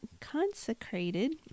consecrated